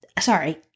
Sorry